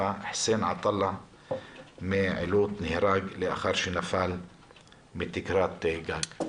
חוסיין עטאללה מעילוט נהרג לאחר שנפל מתקרת גג.